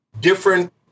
different